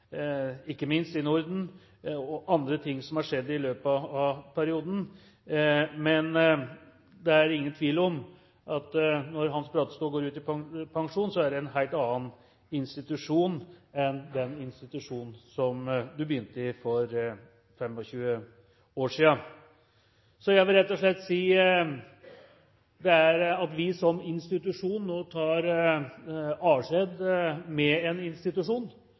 ikke minst i Norden, og andre ting som har skjedd i løpet av perioden, men det er ingen tvil om at når Hans Brattestå går ut i pensjon, er dette nå en helt annen institusjon enn den institusjonen han begynte i for 25 år siden. Jeg vil rett og slett si at vi som institusjon nå tar avskjed med en institusjon.